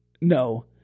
No